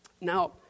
Now